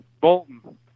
Bolton